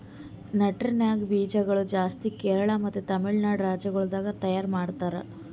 nutmeg ಬೀಜ ಗೊಳ್ ಜಾಸ್ತಿ ಕೇರಳ ಮತ್ತ ತಮಿಳುನಾಡು ರಾಜ್ಯ ಗೊಳ್ದಾಗ್ ತೈಯಾರ್ ಮಾಡ್ತಾರ್